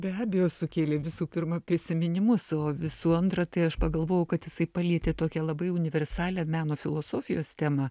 be abejo sukėlė pirma prisiminimus o visų antra tai aš pagalvojau kad jisai palietė tokią labai universalią meno filosofijos temą